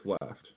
left